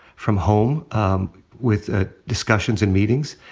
from home um with ah discussions and meetings.